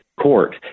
court